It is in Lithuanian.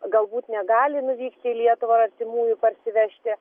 galbūt negali nuvykti į lietuvą artimųjų parsivežti